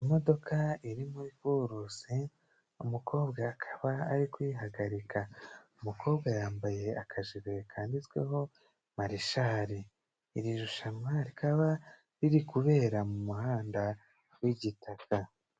Imodoka iri muri kurusi, umukobwa akaba ari kuyihagarika. Umukobwa yambaye akajire kanditsweho marishari. Iri rushanwa rikaba riri kubera mu muhanda w'igitaka.